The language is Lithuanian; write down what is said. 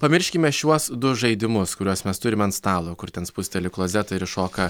pamirškime šiuos du žaidimus kuriuos mes turime ant stalo kur ten spusteli klozetą ir iššoka